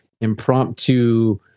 impromptu